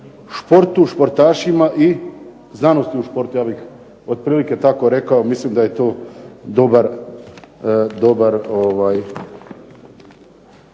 športu, športašima i znanosti o športu ja bih otprilike tako rekao, mislim da je to dobar